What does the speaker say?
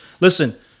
Listen